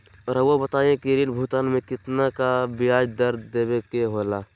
रहुआ बताइं कि ऋण भुगतान में कितना का ब्याज दर देवें के होला?